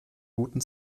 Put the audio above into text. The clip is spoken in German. guten